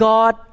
God